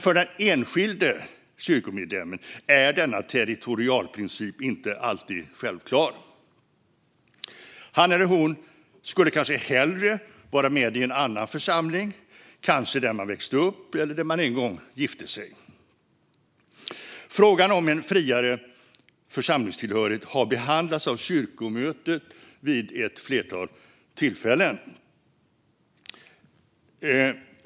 För den enskilde kyrkomedlemmen är denna territorialprincip dock inte alltid självklar. Han eller hon skulle kanske hellre vara med i en annan församling, kanske där man växte upp eller där man en gång gifte sig. Frågan om en friare församlingstillhörighet har behandlats av kyrkomötet vid ett flertal tillfällen.